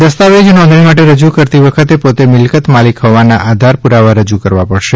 દસ્તાવેજ નોંધણી માટે રજુ કરતી વખતે પોતે મિ લકત માલિક હોવાના આધાર પુરાવા રજુ કરવા પડશે